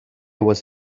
was